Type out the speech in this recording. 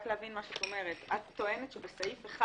רק כדי להבין מה שאת אומרת: את טוענת שבסעיף 1